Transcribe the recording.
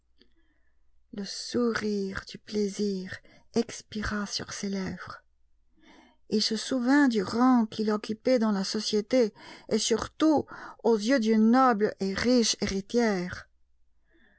le sourire du plaisir expira sur ses lèvres il se souvint du rang qu'il occupait dans la société et surtout aux yeux d'une noble et riche héritière